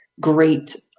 great